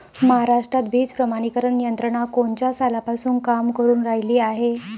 महाराष्ट्रात बीज प्रमानीकरण यंत्रना कोनच्या सालापासून काम करुन रायली हाये?